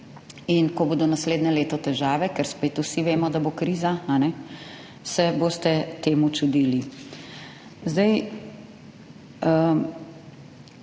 in ko bodo naslednje leto težave, ker spet vsi vemo, da bo kriza, se boste temu čudili.